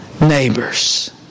neighbors